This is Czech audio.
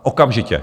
Okamžitě.